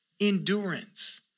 Endurance